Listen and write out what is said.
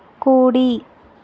కుడి